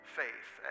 faith